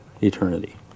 eternity